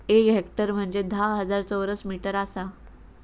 एक हेक्टर म्हंजे धा हजार चौरस मीटर आसा